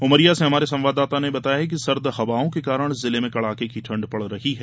उमरिया से हमारे संवाददाता ने बताया है कि सर्द हवाओं के कारण जिले में कड़ाके की ठंड पड़ रही है